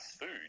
food